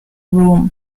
room